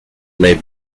may